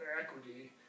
equity